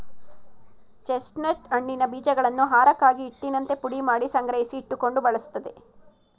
chestnut ಹಣ್ಣಿನ ಬೀಜಗಳನ್ನು ಆಹಾರಕ್ಕಾಗಿ, ಹಿಟ್ಟಿನಂತೆ ಪುಡಿಮಾಡಿ ಸಂಗ್ರಹಿಸಿ ಇಟ್ಟುಕೊಂಡು ಬಳ್ಸತ್ತರೆ